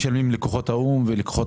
אגב, הייתי בטוח שכוחות האו"ם זה כוחות